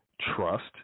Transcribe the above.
Trust